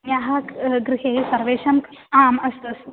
यः क् गृहे सर्वेषां आम् अस्तु अस्तु